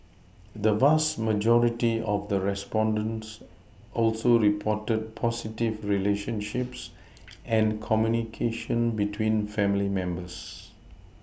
the vast majority of respondents also reported positive relationships and communication between family members